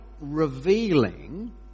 revealing